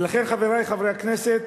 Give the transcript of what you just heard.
ולכן, חברי חברי הכנסת,